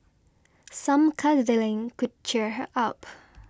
some cuddling could cheer her up